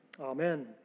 Amen